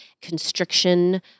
constriction